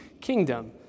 kingdom